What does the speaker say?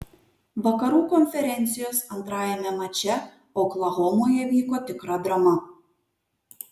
vakarų konferencijos antrajame mače oklahomoje vyko tikra drama